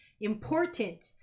important